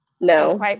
No